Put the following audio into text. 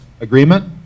agreement